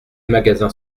magasins